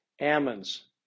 Ammon's